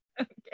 okay